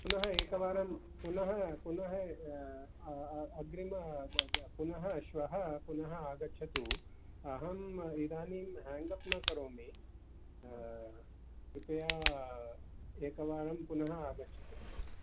पुनः एकवारं पुनः पुनः अग्रिम पुनः श्वः पुनः आगच्छतु अहं इदानीं ह्याण्डप् न करोमि कृपया एकवारं पुनः आगच्छतु